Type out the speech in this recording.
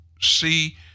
see